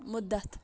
مُدتھ